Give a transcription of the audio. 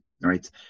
right